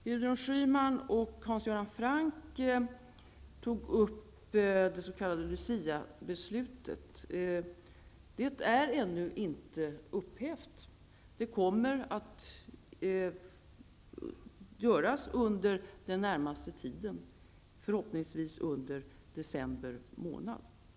Gudrun Schyman och Hans Göran Franck tog upp det så kallade Luciabeslutet. Beslutet är ännu inte upphävt. Det kommer att upphävas under den närmaste tiden -- förhoppningsvis under december månad.